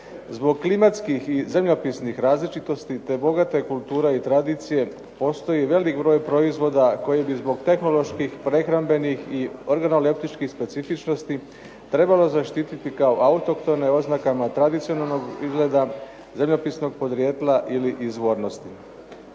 Zbog klimatskih i zemljopisnih različitosti, te bogate kulture i tradicije postoji velik broj proizvoda koji bi zbog tehnoloških, prehrambenih i …/Govornik se ne razumije./… specifičnosti trebalo zaštiti kao autohtone oznakama tradicionalnog izgleda, zemljopisnog podrijetla ili izvornosti.